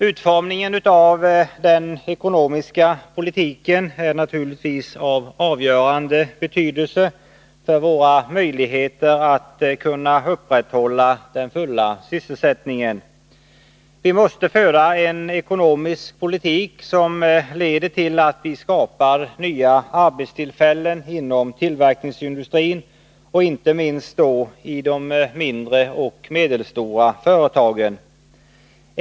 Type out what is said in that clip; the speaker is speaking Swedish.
Utformningen av den ekonomiska politiken är naturligtvis av avgörande betydelse för våra möjligheter att upprätthålla den fulla sysselsättningen. Vi måste föra en ekonomisk politik som leder till att nya arbetstillfällen skapas inom tillverkningsindustrin — och då inte minst vid de mindre och medelstora företagen.